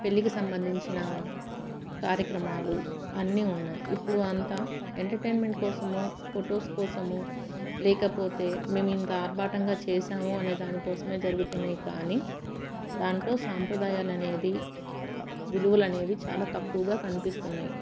పెళ్ళికి సంబంధించిన కార్యక్రమాలు అన్నీ ఉన్నాయి ఇప్పుడు అంతా ఎంటర్టైన్మెంట్ కోసము ఫొటోస్ కోసము లేకపోతే మేము ఇంత ఆర్బాటంగా చేసాము అనే దానికోసం జరుగుతున్నాయి కానీ దాంట్లో సాంప్రదాయాలు అనేది విలువలు అనేవి చాలా తక్కువగా కనిపిస్తున్నాయి